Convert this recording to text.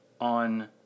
on